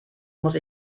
muss